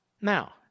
Now